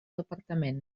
departament